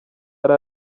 yari